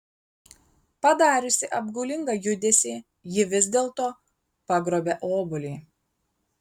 padariusi apgaulingą judesį ji vis dėlto pagrobia obuolį